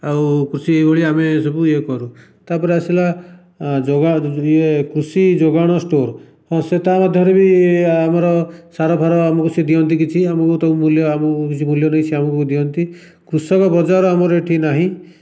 ଆଉ କୃଷି ଏଇଭଳି ଆମେ ସବୁ ଇଏ କରୁ ତାପରେ ଆସିଲା ଯୋଗା ଇଏ କୃଷି ଯୋଗାଣ ଷ୍ଟୋର୍ ହଁ ସିଏ ତାର ଧରିକି ଆମର ସାର ଫାର ଆମକୁ ସିଏ ଦିଅନ୍ତି କିଛି ଆମକୁ ମୂଲ୍ୟ କିଛି ଦେଇ ସେ ଆମକୁ ଦିଅନ୍ତି କୃଷକ ବଜାର ଆମର ଏଠି ନାହିଁ